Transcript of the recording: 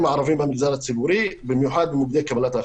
הערבים במגזר הציבורי במיוחד במוקדי קבלת ההחלטות.